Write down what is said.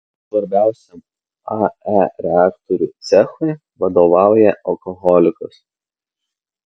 svarbiausiam ae reaktorių cechui vadovauja alkoholikas